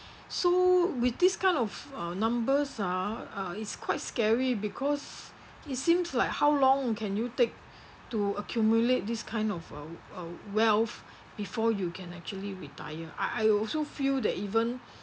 so with this kind of uh numbers ah uh it's quite scary because it seems like how long can you take to accumulate this kind of uh uh wealth before you can actually retire I I also feel that even